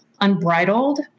unbridled